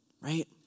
right